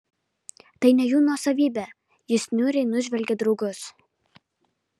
tai ne jų nuosavybė jis niūriai nužvelgė draugus